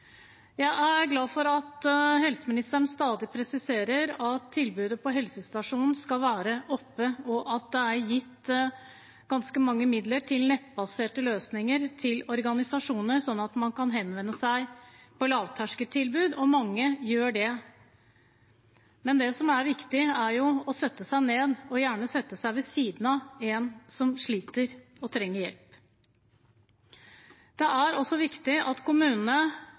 Jeg er glad for at helseministeren stadig presiserer at tilbudet på helsestasjonen skal være oppe, og for at det er gitt ganske mange midler til nettbaserte løsninger til organisasjoner, slik at man kan henvende seg til lavterskeltilbud. Mange gjør det, men det som er viktig, er jo å sette seg ned og gjerne sette seg ved siden av en som sliter og trenger hjelp. Det er også viktig at kommunene